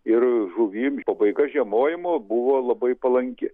ir žuvim pabaiga žiemojimo buvo labai palanki